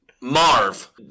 Marv